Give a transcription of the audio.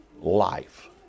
life